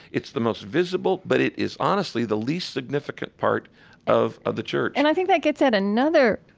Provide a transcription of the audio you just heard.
it's the most visible, but it is, honestly, the least significant part of ah the church and i think that gets at another,